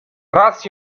raz